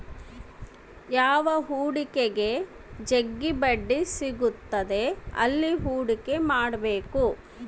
ಯಾವ ಹೂಡಿಕೆಗ ಜಗ್ಗಿ ಬಡ್ಡಿ ಸಿಗುತ್ತದೆ ಅಲ್ಲಿ ಹೂಡಿಕೆ ಮಾಡ್ಬೇಕು